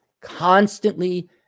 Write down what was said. constantly